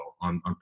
on